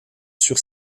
sur